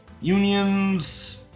Unions